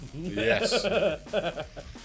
Yes